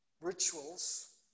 rituals